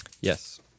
Yes